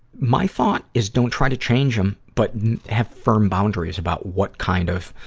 my thought is don't try to change them, but have firm boundaries about what kind of,